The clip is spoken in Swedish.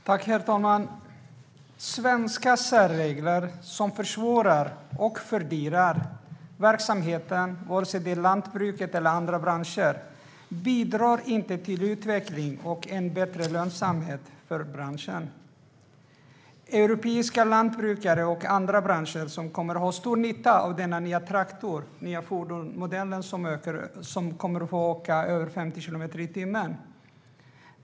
Herr talman! Svenska särregler som försvårar och fördyrar verksamheten, oavsett om det är lantbruket eller andra branscher, bidrar inte till utveckling och en bättre lönsamhet för branschen. Europeiska lantbrukare och andra branscher kommer att ha stor nytta av denna nya traktor, den nya fordonsmodell som kommer att få åka i en hastighet av över 50 kilometer i timmen.